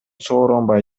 сооронбай